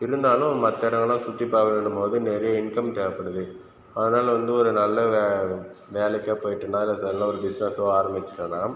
இருந்தாலும் மற்ற இடங்கள்லாம் சுற்றி பார்க்கணுன்னும்போது நிறைய இன்கம் தேவைப்படுது அதனால் வந்து ஒரு நல்ல வே வேலைக்காக போய்ட்டு மேலே சில ஒரு பிசினெஸ்ஸோ ஆரம்பிச்சோட்டன்னா